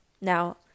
now